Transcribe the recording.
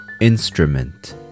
instrument